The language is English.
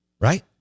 right